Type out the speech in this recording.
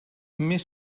més